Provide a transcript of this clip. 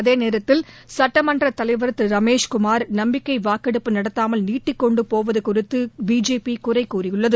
அதே நேரத்தில் சுட்டமன்றத் தலைவர் திரு ரமேஷ் குமார் நம்பிக்கை வாக்கெடுப்பு நடத்தாமல் நீட்டிக்கொண்டு போவது குறித்து பிஜேபி குறை கூறியுள்ளது